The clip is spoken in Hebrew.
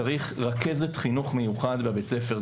צריך רכזת חינוך מיוחד בבית הספר.